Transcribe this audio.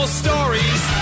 stories